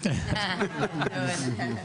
להתלונן.